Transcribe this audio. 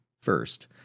first